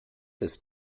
ist